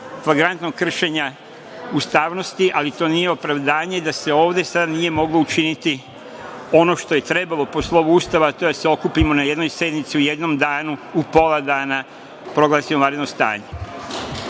flagrantnog kršenja ustavnosti, ali to nije opravdanje da se ovde nije moglo učiniti ono što je trebalo po slovu Ustava, a to je da se okupimo na jednoj sednici u jednom danu, pola dana i proglasimo vanredno